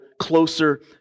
closer